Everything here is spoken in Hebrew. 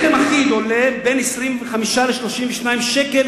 לחם אחיד עולה בין 25 ל-32 שקלים.